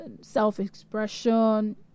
self-expression